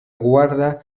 guarda